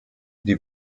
die